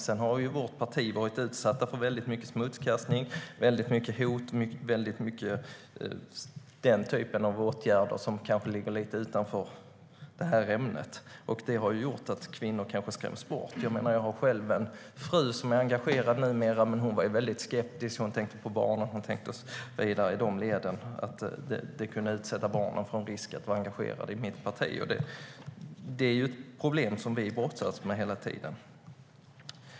Sedan har vårt parti varit utsatt för väldigt mycket smutskastning, väldigt mycket hot och den typen av åtgärder som kanske ligger lite utanför ämnet. Det har gjort att kvinnor kanske skräms bort. Jag har själv en fru som numera är engagerad, men hon var väldigt skeptisk. Hon tänkte på barnen och vidare i de leden. Det kunde utsätta barnen för en risk att vara engagerad i mitt parti. Det är ett problem som vi brottas med hela tiden.